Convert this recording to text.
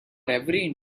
every